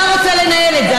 אתה רוצה לנהל את זה.